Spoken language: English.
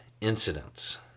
incidents